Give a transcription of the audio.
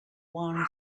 one